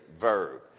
verb